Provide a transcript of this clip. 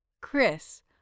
Chris